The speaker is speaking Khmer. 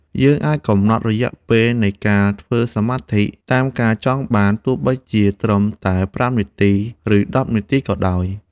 យើងអាចកំណត់រយៈពេលនៃការធ្វើសមាធិតាមការចង់បានទោះបីជាត្រឹមតែប្រាំនាទី ឬ ដប់នាទីក៏ដោយ។